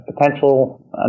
potential